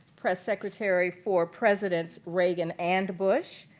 press secretary for presidents reagan and bush.